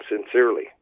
Sincerely